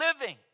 living